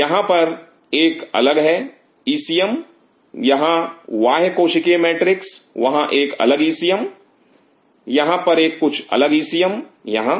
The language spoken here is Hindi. यहां पर एक अलग है इसीएम यहां बाह्य कोशिकीय मैट्रिक्स वहां एक अलग इसीएम यहां पर एक कुछ अलग इसीएम यहां